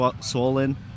swollen